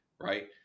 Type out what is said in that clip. right